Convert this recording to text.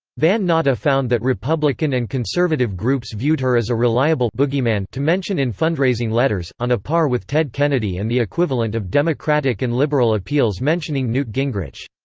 van natta found that republican and conservative groups viewed her as a reliable bogeyman to mention in fundraising letters, on a par with ted kennedy and the equivalent of democratic and liberal appeals mentioning newt gingrich.